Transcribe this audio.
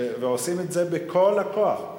ועושים את זה בכל הכוח.